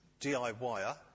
DIYer